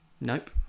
Nope